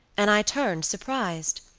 and i turned surprised.